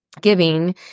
giving